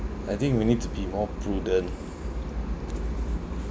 I think we need to be more prudent